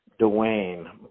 Dwayne